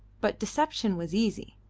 but deception was easy.